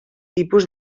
tipus